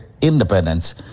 independence